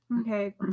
Okay